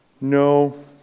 No